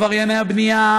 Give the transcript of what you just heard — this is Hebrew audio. עברייני הבנייה,